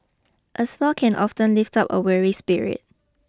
a smile can often lift up a weary spirit